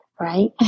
right